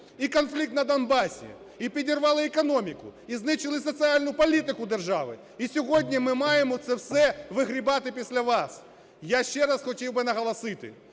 і конфлікт на Донбасі, і підірвали економіку, і знищили соціальну політику держави. І сьогодні ми маємо це все вигрібати після вас! Я ще раз хотів би наголосити: